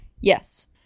Yes